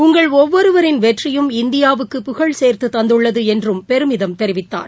உங்கள் ஒவ்வொருவரின் வெற்றியும் இந்தியாவுக்கு புகழ் சேர்த்து தந்துள்ளது என்றும் பெருமிதம் தெரிவித்தார்